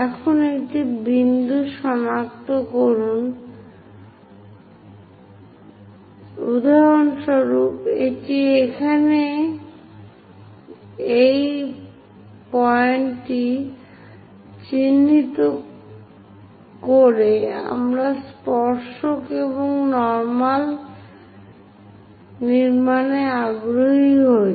এখন একটি বিন্দু সনাক্ত করুন উদাহরণস্বরূপ এটি এখানে এই পয়েন্টটি চিহ্নিত করে আমরা স্পর্শক এবং নরমাল নির্মাণে আগ্রহী হই